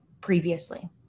previously